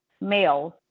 males